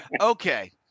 Okay